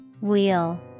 Wheel